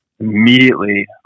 Immediately